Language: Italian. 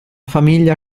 famiglia